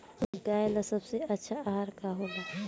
गाय ला सबसे अच्छा आहार का होला?